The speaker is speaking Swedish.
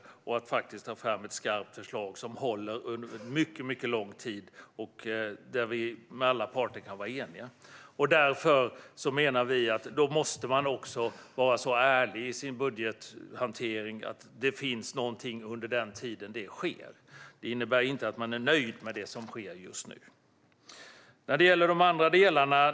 Det handlar om att faktiskt ta fram ett skarpt förslag som håller under mycket lång tid och där alla parter kan vara eniga. Därför menar vi att man måste vara så ärlig i sin budgethantering att man säger att det finns någonting under den tiden det sker. Det innebär inte att man är nöjd med det som finns just nu.